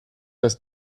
das